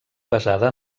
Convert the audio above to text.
basada